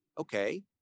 okay